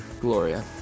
Gloria